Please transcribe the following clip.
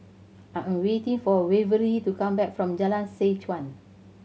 I am waiting for Waverly to come back from Jalan Seh Chuan